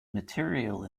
material